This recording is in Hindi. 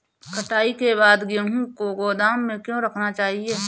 कटाई के बाद गेहूँ को गोदाम में क्यो रखना चाहिए?